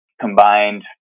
combined